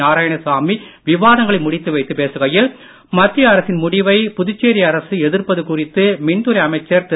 நாராயணசாமி விவாதங்களை முடித்து வைத்து பேசுகையில் மத்திய அரசின் முடிவை புதுச்சேரி அரசு எதிர்ப்பது குறித்து மின்துறை அமைச்சர் திரு